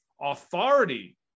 authority